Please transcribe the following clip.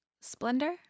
Splendor